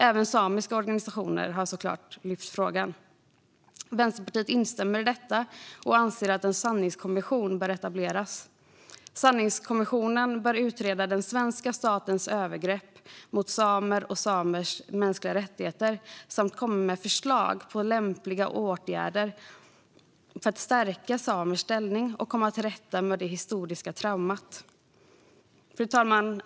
Även samiska organisationer har såklart lyft frågan. Vänsterpartiet instämmer i detta och anser att en sanningskommission bör etableras. Sanningskommissionen bör utreda den svenska statens övergrepp mot samer och samers mänskliga rättigheter samt komma med förslag på lämpliga åtgärder för att stärka samers ställning och komma till rätta med det historiska traumat. Fru talman!